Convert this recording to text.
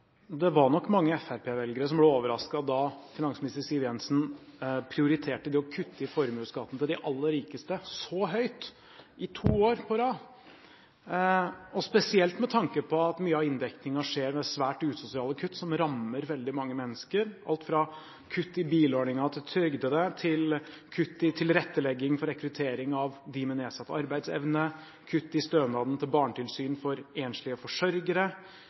Det var nok mange fremskrittspartivelgere som ble overrasket da finansminister Siv Jensen prioriterte det å kutte i formuesskatten til de aller rikeste så høyt i to år på rad, og spesielt med tanke på at mye av inndekningen skjer ved svært usosiale kutt som rammer veldig mange mennesker: alt fra kutt i bilordningen til trygdede til kutt i tilrettelegging for rekruttering av dem med nedsatt arbeidsevne, kutt i stønaden til barnetilsyn for enslige forsørgere,